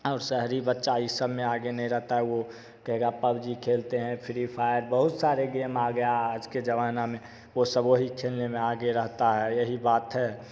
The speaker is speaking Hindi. और शहरी बच्चा इस समय आगे नहीं रहता है वो कहेगा पब्जी खेलते हैं फ्री फायर बहुत सारे गेम आ गया आज के जमाना में वो सब वो ही खेलने में आगे रहता है यही बात है